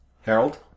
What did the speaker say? Harold